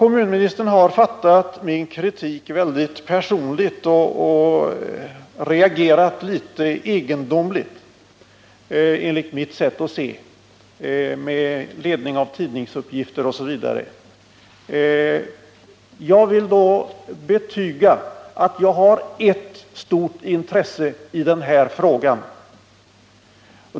Kommunministern har fattat min kritik mycket personligt och reagerat litet egendomligt enligt mitt sätt att se, med ledning av tidningsuppgifter osv. Jag vill då betyga att jag har ett stort intresse i den här frågan.